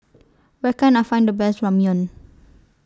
Where Can I Find The Best Ramyeon